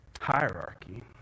hierarchy